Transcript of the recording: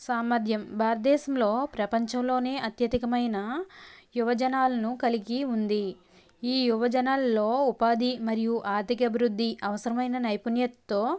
సామర్ధ్యం భారతదేశంలో ప్రపంచంలోనే అత్యధికమైన యువజనాలను కలిగి ఉంది ఈ యువజనాల్లో ఉపాధి మరియు ఆర్ధిక అభివృధి అవసరమైన నైపుణ్యతతో